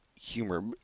humor